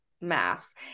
mass